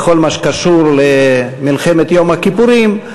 בכל מה שקשור למלחמת יום הכיפורים.